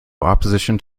opposition